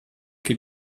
che